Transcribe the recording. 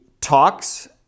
talks